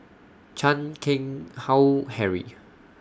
Chan Keng Howe Harry